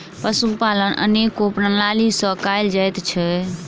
पशुपालन अनेको प्रणाली सॅ कयल जाइत छै